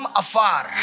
afar